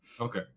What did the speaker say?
Okay